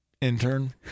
intern